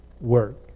work